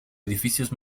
edificios